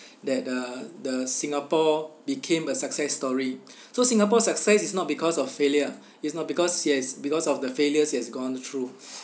that uh the singapore became a success story so singapore's success is not because of failure it's not because yes because of the failures it has gone through